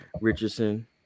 Richardson